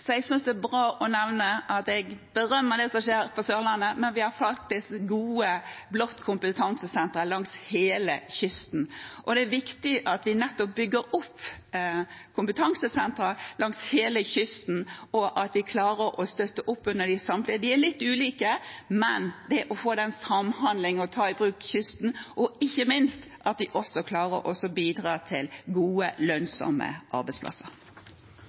så jeg synes det er bra å nevne at jeg berømmer det som skjer på Sørlandet, men vi har faktisk gode Blått kompetansesentre langs hele kysten, og det er viktig at vi nettopp bygger opp kompetansesentre langs hele kysten, og at vi klarer å støtte opp under dem – de er litt ulike – for å få til samhandling og ta i bruk kysten og ikke minst for at de skal klare å bidra til gode, lønnsomme arbeidsplasser.